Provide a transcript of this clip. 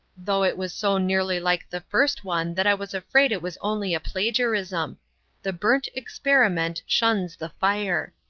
though it was so nearly like the first one that i was afraid it was only a plagiarism the burnt experiment shuns the fire.